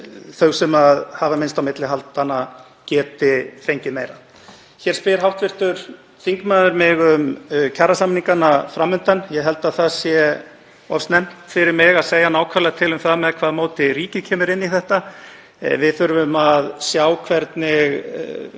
þau sem hafa minnst á milli handanna geti fengið meira. Hv. þingmaður spyr mig um kjarasamningana fram undan. Ég held að það sé of snemmt fyrir mig að segja nákvæmlega til um það með hvaða móti ríkið kemur inn í þetta. Við þurfum að sjá hvernig